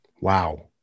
Wow